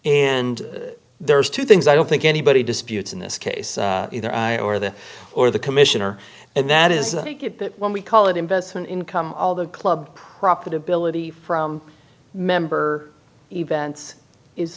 and there's two things i don't think anybody disputes in this case either i or the or the commissioner and that is when we call it investment income all the club profitability from member events is